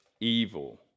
evil